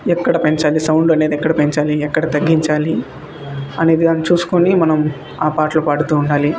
ఎక్కడ పెంచాలి సౌండ్ అనేది ఎక్కడ పెంచాలి ఎక్కడ తగ్గించాలి అనేది దాన్ని చూసుకొని మనం ఆ పాటలు పాడుతూ ఉండాలి